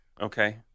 Okay